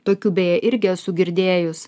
tokių beje irgi esu girdėjus